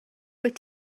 wyt